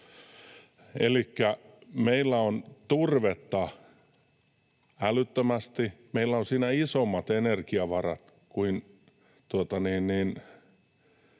Elikkä meillä on turvetta älyttömästi. Meillä on siinä isommat energiavarat kuin